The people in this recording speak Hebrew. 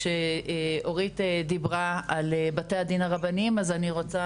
וכשאורית דיברה על בתי הדין הרבניים אז אני רוצה